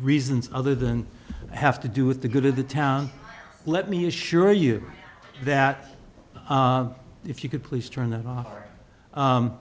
reasons other than have to do with the good of the town let me assure you that if you could please turn that off